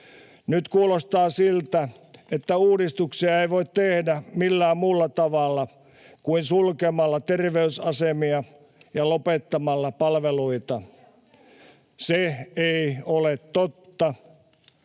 Nyt kuulostaa siltä, että uudistuksia ei voi tehdä millään muulla tavalla kuin sulkemalla terveysasemia ja lopettamalla palveluita. [Hanna-Leena